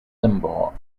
limbaugh